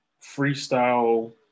freestyle